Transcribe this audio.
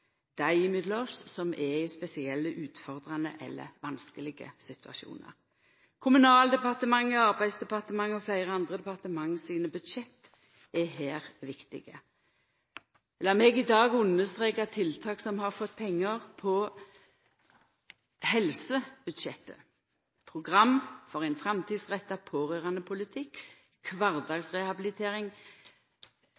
dei mellom oss som er i spesielt utfordrande eller vanskelege situasjonar. Kommunaldepartementet, Arbeidsdepartementet og fleire andre departement sine budsjett er her viktige. Lat meg i dag understreka tiltak som har fått pengar på helsebudsjettet: program for ein framtidsretta